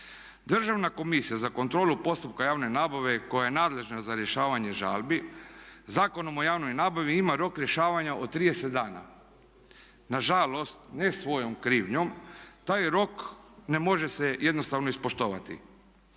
Državna komisija za kontrolu postupka javne nabave koja je nadležna za rješavanje žalbi Zakonom o javnoj nabavi ima rok rješavanja od 30 dana. Nažalost, ne svojom krivnjom, taj rok ne može se jednostavno ispoštovati.